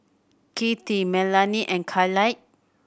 Kittie Melanie and Kyleigh